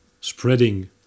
spreading